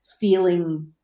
feeling